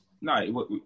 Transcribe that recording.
no